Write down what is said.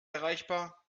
erreichbar